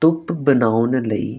ਧੁੱਪ ਬਣਾਉਣ ਲਈ